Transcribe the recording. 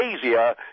easier